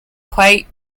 quite